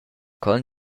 con